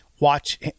Watch